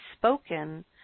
spoken